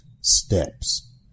steps